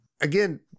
again